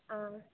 ஆ